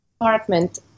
apartment